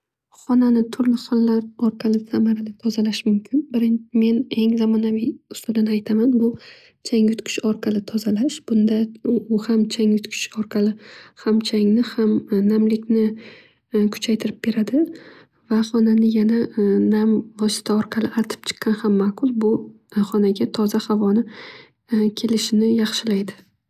Xonani turli xillar orqali samarali tozalash mumkin. Men eng zamonaviy usulini aytaman. Changyutgich orqali tozalash u ham changyutgich orqali changni ham namlikni kuchaytirib beradi va xonani nam vosita orqali artib chiqqan ham maqul. Bu xonaga toza havoni kelishini yaxshilaydi.